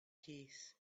case